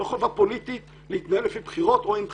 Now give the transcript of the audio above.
לא חובה פוליטית להתנהל אם יש בחירות או אין בחירות.